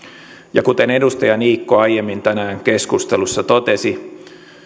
ja kuten edustaja niikko aiemmin tänään keskustelussa totesi